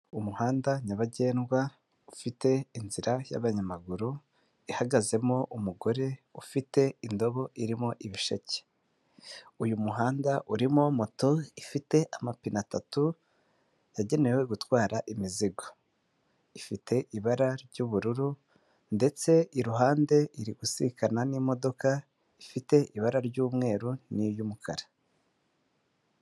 Umuhanda nyabagendwa, ufite inzira y'abanyamaguru, ihagazemo umugore ufite indobo irimo ibisheke. Uyu muhanda urimo moto ifite amapine atatu, yagenewe gutwara imizigo. Ifite ibara ry'ubururu ndetse iruhande iri gusikana n'imodoka, ifite ibara ry'umweru n'iry'umukara.